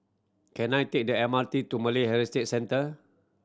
can I take the M R T to Malay Heritage Centre